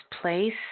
place